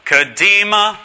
Kadima